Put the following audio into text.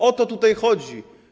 O to tutaj chodzi.